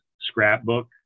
scrapbook